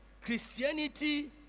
Christianity